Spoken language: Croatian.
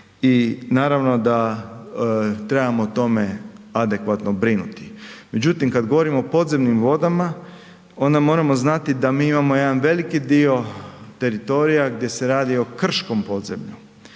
i naravno da trebamo o tome adekvatno brinuti. Međutim kad govorimo o podzemnim vodama, onda moramo znati da mi imamo jedan veliki dio teritorija gdje se radi i krškom podzemlju